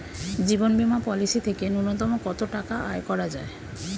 জীবন বীমা পলিসি থেকে ন্যূনতম কত টাকা আয় করা যায়?